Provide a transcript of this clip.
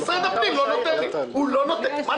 משרד הפנים לא נותן לי, מה לעשות.